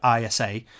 ISA